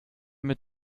mit